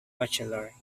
bachelor